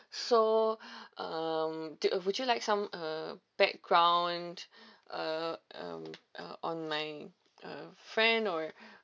so um do would you like some uh background uh um uh on my uh friend or